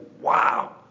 wow